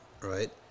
right